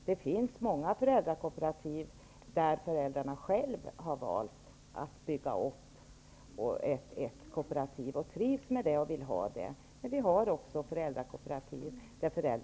Det finns även många föräldrakooperativ som föräldrarna själva har valt att bygga upp och trivs med.